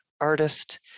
artist